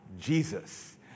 Jesus